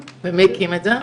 מי הקים את זה?